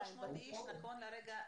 300 איש נכון להרגע.